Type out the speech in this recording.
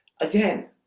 again